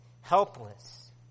Helpless